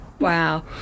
Wow